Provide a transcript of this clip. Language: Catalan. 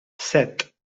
set